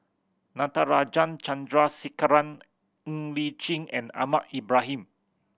Natarajan Chandrasekaran Ng Li Chin and Ahmad Ibrahim